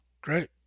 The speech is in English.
Great